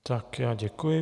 Tak já děkuji.